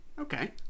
Okay